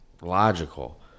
logical